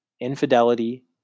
infidelity